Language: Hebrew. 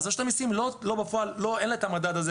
לרשות המיסים אין את המדד הזה,